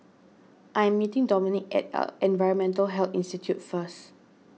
I am meeting Dominik at Environmental Health Institute first